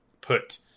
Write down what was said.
put